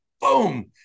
boom